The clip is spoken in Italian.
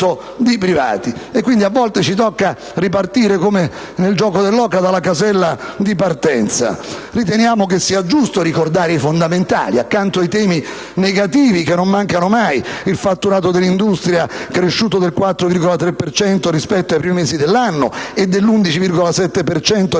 Quindi, a volte ci tocca ripartire, come nel gioco dell'oca, dalla casella di partenza. Riteniamo che sia giusto ricordare i fondamentali, accanto ai temi negativi, che non mancano mai: il fatturato dell'industria, cresciuto del 4,3 per cento rispetto ai primi mesi dell'anno, e dell'11,7 per cento